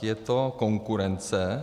Je to konkurence.